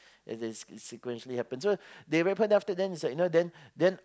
as in sequentially happens so they rape her then after that then you know then